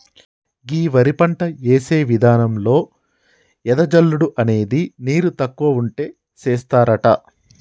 గీ వరి పంట యేసే విధానంలో ఎద జల్లుడు అనేది నీరు తక్కువ ఉంటే సేస్తారట